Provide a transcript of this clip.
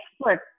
expert